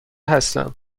هستم